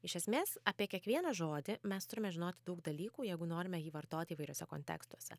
iš esmės apie kiekvieną žodį mes turime žinoti daug dalykų jeigu norime jį vartoti įvairiuose kontekstuose